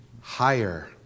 higher